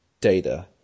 data